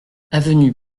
avenue